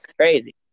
crazy